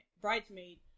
bridesmaid